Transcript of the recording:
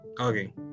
Okay